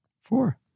four